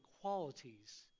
qualities